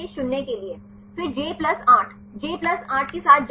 फिर j 8 j 8 के साथ जाओ lysine है